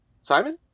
Simon